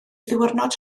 ddiwrnod